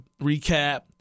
recap